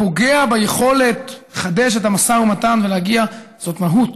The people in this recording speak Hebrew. שפוגע ביכולת לחדש את המשא ומתן ולהגיע, זאת מהות.